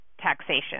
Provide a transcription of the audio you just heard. taxation